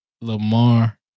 Lamar